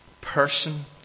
person